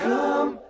Come